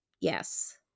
yes